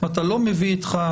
וזה קשה.